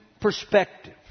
perspective